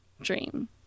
dream